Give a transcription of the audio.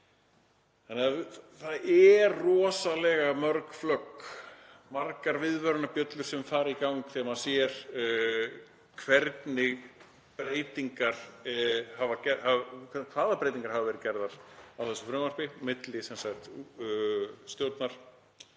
hérna. Það eru rosalega mörg flögg, margar viðvörunarbjöllur sem fara í gang þegar maður sér hvaða breytingar hafa verið gerðar á þessu frumvarpi milli